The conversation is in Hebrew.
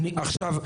עכשיו,